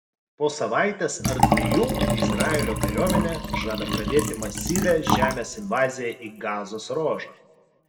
po savaitės ar dviejų izraelio kariuomenė žada pradėti masyvią žemės invaziją į gazos ruožą